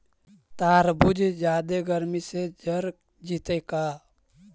तारबुज जादे गर्मी से जर जितै का?